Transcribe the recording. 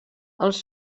els